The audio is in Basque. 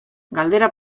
galdera